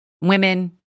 women